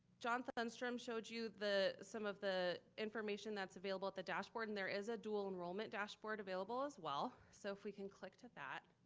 john thunstrom showed you some of the information that's available at the dashboard and there is a dual enrollment dashboard available as well, so if we can click to that.